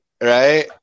Right